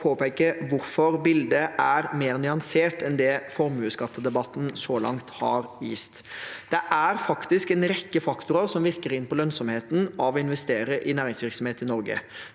å påpeke hvorfor bildet er mer nyansert enn formuesskattedebatten så langt har vist. Det er en rekke faktorer som virker inn på lønnsomheten av å investere i næringsvirksomhet i Norge.